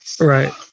right